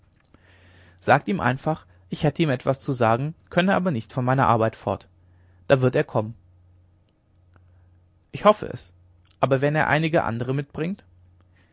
sagt ihm ganz einfach ich hätte ihm etwas zu sagen könne aber nicht von meiner arbeit fort da wird er kommen ich hoffe es aber wenn er einige andere mitbringt